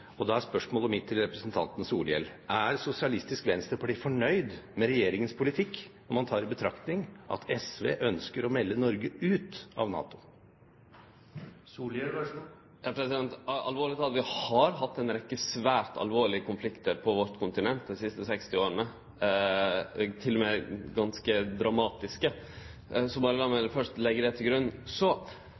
spørsmålet mitt til representanten Solhjell: Er Sosialistisk Venstreparti fornøyd med regjeringens politikk, om man tar i betraktning at SV ønsker å melde Norge ut av NATO? Alvorleg talt: Vi har hatt ei rekkje svært alvorlege konfliktar – til og med ganske dramatiske – på vårt kontinent dei siste 60 åra. Lat meg berre først leggje det til grunn.